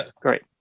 great